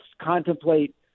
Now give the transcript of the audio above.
contemplate